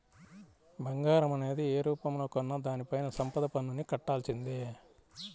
బంగారం అనేది యే రూపంలో కొన్నా దానిపైన సంపద పన్నుని కట్టాల్సిందే